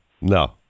No